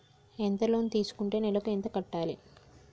ఎంత లోన్ తీసుకుంటే నెలకు ఎంత కట్టాలి?